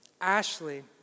Ashley